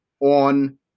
on